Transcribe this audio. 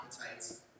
appetites